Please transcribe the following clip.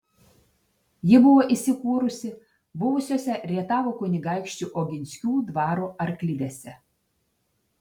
ji buvo įsikūrusi buvusiose rietavo kunigaikščių oginskių dvaro arklidėse